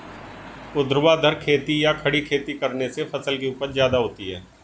ऊर्ध्वाधर खेती या खड़ी खेती करने से फसल की उपज ज्यादा होती है